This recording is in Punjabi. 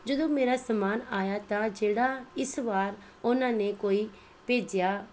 ਜਦੋਂ ਮੇਰਾ ਸਮਾਨ ਆਇਆ ਤਾਂ ਜਿਹੜਾ ਇਸ ਵਾਰ ਉਹਨਾਂ ਨੇ ਕੋਈ ਭੇਜਿਆ